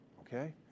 Okay